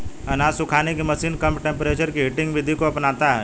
अनाज सुखाने की मशीन कम टेंपरेचर की हीटिंग विधि को अपनाता है